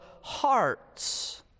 heart's